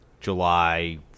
July